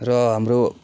र हाम्रो